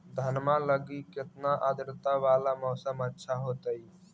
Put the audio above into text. धनमा लगी केतना आद्रता वाला मौसम अच्छा होतई?